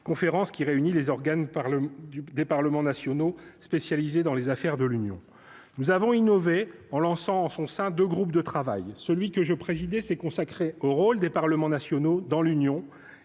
conférence qui réunit les organes par le du des parlements nationaux, spécialisés dans les affaires de l'Union, nous avons innové en lançant en son sein de groupes de travail, celui que je présidais s'est consacré au rôle des parlements nationaux dans l'Union